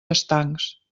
estancs